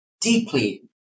deeply